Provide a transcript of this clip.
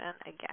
again